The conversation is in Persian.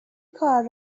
کار